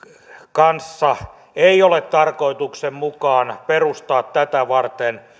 kanssa ei ole tarkoituksenmukaista perustaa tätä varten